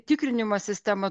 tikrinimo sistema